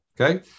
Okay